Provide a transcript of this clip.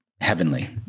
heavenly